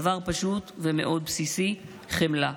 דבר פשוט ומאוד בסיסי: חמלה.